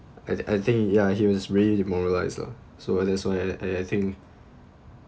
I I think ya he was really demoralised lah so that's why I I think